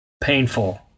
Painful